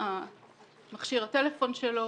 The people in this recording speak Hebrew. המכשיר הטלפון שלו,